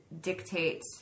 dictate